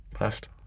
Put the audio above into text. Left